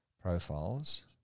profiles